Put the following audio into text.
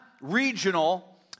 regional